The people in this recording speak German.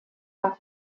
war